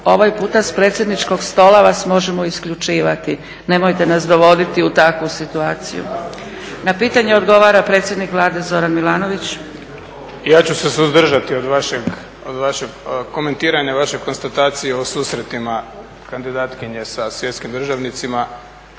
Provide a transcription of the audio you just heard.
Ovaj puta s predsjedničkog stola vas možemo isključivati, nemojte nas dovodi u takvu situaciju. Na pitanje odgovara predsjednik Vlade Zoran Milanović. **Milanović, Zoran (SDP)** Ja ću se suzdržati od vašeg, komentiranja vaše konstatacije o susretima kandidatkinje sa svjetskim državnicima